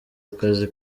akazi